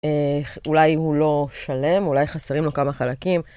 אולי הוא לא שלם, אולי חסרים לו כמה חלקים.